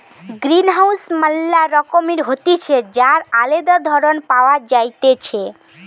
greenhouse ম্যালা রকমের হতিছে যার আলদা ধরণ পাওয়া যাইতেছে